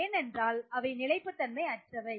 ஏனென்றால் அவை நிலைப்புத் தன்மை அற்றவை